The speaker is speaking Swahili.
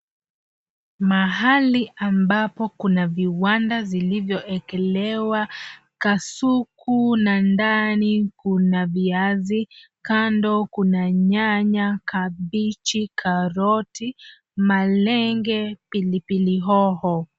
Mahali ambapo kuna viwanda zilivyowekelewa kasuku na ndani kuna viazi. Kando kuna nyanya, kabichi, karoti, malenge, pilipili hoho.